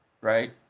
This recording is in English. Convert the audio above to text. right